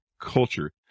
Culture